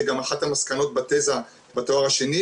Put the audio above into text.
זה גם אחת המסקנות בתזה בתואר השני,